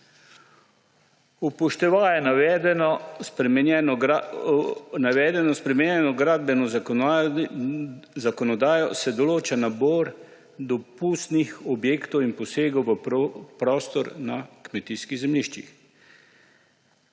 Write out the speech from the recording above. Upoštevaje navedeno spremenjeno gradbeno zakonodajo, se določa nabor dopustnih objektov in posegov v prostor na kmetijskih zemljiščih.